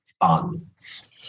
funds